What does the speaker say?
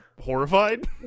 horrified